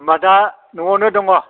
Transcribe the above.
होनबा दा न'आवनो दङ